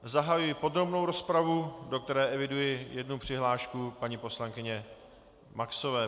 Zahajuji podrobnou rozpravu, do které eviduji jednu přihlášku paní poslankyně Maxové.